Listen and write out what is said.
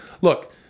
look